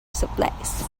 supplies